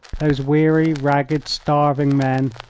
those weary, ragged, starving men,